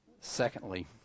Secondly